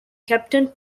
captained